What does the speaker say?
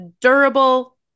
durable